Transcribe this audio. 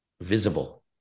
visible